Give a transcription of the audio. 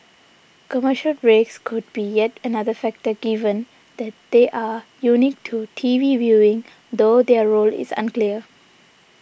commercial breaks could be yet another factor given that they are unique to T V viewing though their role is unclear